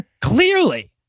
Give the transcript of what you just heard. Clearly